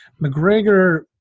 McGregor